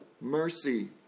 mercy